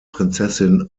prinzessin